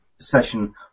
session